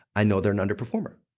i know they're an underperformer.